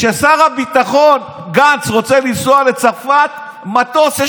כששר הביטחון גנץ רוצה לנסוע לצרפת, מטוס.